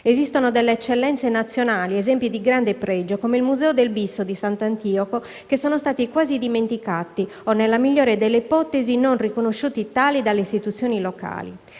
Esistono eccellenze nazionali, esempi di grande pregio, come il Museo del Bisso di Sant'Antioco, che sono stati quasi dimenticati o, nella migliore delle ipotesi, non riconosciuti tali dalle istituzioni locali.